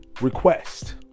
request